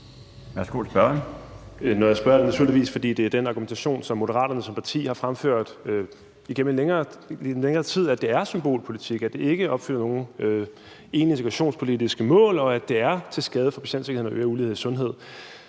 Stinus Lindgreen (RV): Når jeg spørger, er det naturligvis, fordi det er den argumentation, som Moderaterne som parti har fremført igennem længere tid, altså at det er symbolpolitik, at det ikke opfylder nogen egentlige integrationspolitiske mål, og at det er til skade for patienterne og øger ulighed i sundhed.